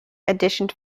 auditioned